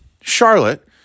charlotte